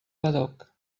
badoc